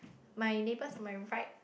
my neighbours on my right